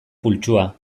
pultsua